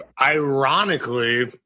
ironically